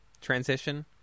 transition